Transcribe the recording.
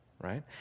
Right